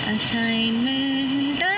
Assignment